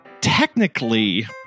technically